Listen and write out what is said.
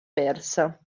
persa